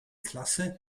klasse